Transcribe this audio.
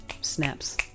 Snaps